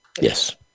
Yes